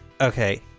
Okay